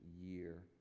year